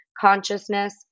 consciousness